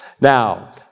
Now